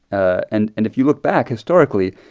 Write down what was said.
ah and and if you look back, historically,